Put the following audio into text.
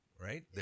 Right